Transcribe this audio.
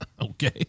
Okay